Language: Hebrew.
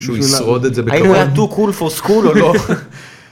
‫שהוא ישרוד את זה בכלל. ‫-האם הוא היה טו קול פו סקול או לא?